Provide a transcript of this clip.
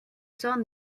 sort